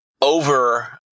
over